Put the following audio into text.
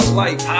life